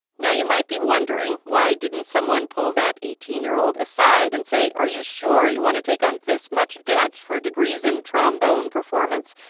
now you might be wondering, why didn't someone pull that eighteen year old aside and say, are you sure you want to take on this much debt for degrees in trombone performance?